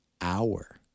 hour